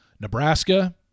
Nebraska